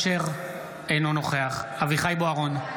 אינו נוכח אביחי אברהם בוארון,